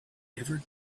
ever